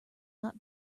not